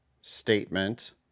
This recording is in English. statement